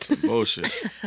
Bullshit